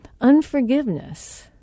unforgiveness